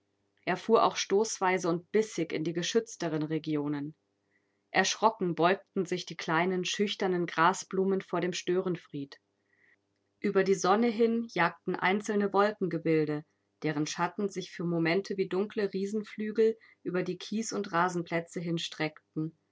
er fuhr auch stoßweise und bissig in die geschützteren regionen erschrocken beugten sich die kleinen schüchternen grasblumen vor dem störenfried ueber die sonne hin jagten einzelne wolkengebilde deren schatten sich für momente wie dunkle riesenflügel über die kies und rasenplätze hinstreckten